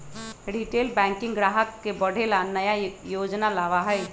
retail banking ग्राहक के बढ़े ला नया योजना लावा हई